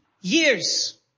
years